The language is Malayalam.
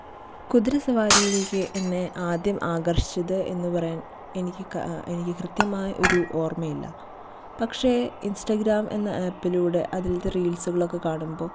കുതിര സവാരിയിലേക്ക് എന്നെ ആദ്യം ആകർഷിച്ചത് എന്ന് പറയാൻ എനിക്ക് കാ എനിക്ക് കൃത്യമായി ഒരു ഓർമ്മയില്ല പക്ഷേ ഇൻസ്റ്റഗ്രാം എന്ന ആപ്പിലൂടെ അതിലത്തെ റീൽസുകൾ ഒക്കെ കാണുമ്പോൾ